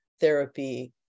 therapy